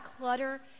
clutter